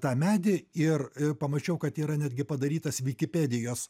tą medį ir pamačiau kad yra netgi padarytas vikipedijos